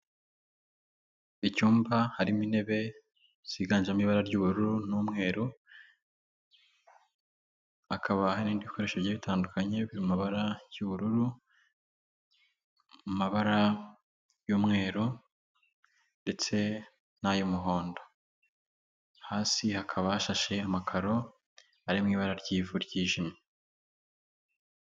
Icyumba harimo intebe ziganjemo ibara ry'ubururu n'umweru, hakaba hari nindi bikoresho bitandukanye mu mabara y'ubururu, amabara y'umweru ndetse n'ay'umuhondo, hasi hakaba hashashe amakaro ari mu ibara ry'ivu ryijimye.